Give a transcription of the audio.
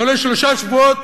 לא לשלושה שבועות,